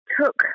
took